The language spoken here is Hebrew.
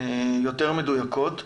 יותר מדויקות.